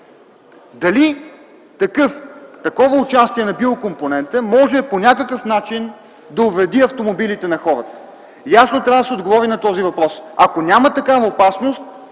Дали такова участие на биокомпонента може по някакъв начин да увреди автомобилите на хората? На този въпрос трябва да се отговори ясно. Ако няма такава опасност,